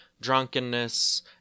drunkenness